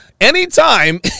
anytime